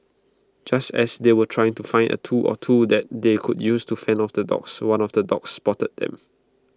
just as they were trying to find A tool or two that they could use to fend off the dogs one of the dogs spotted them